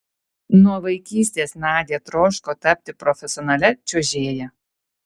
nuo vaikystės nadia troško tapti profesionalia čiuožėja